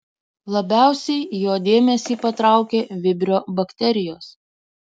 labiausiai jo dėmesį patraukė vibrio bakterijos